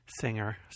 singer